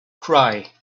cry